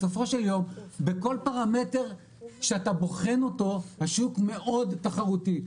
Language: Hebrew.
בסופו של יום בכל פרמטר שאתה בוחן אותו השוק מאוד תחרותי,